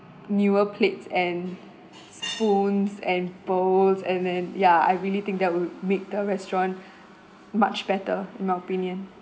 newer plates and spoons and bowls and then ya I really think that will make the restaurant much better in my opinion